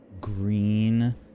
green